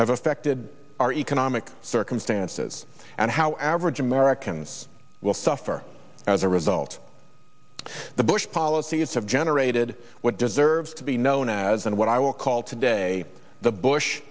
have affected our economic circumstances and how average americans will suffer as a result the bush policies have generated what deserves to be known as and what i will call today the bush